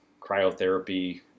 cryotherapy